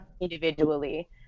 individually